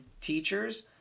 teachers